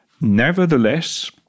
Nevertheless